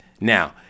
Now